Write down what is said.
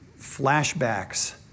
flashbacks